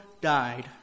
died